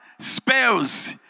spells